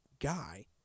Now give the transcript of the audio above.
guy